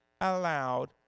allowed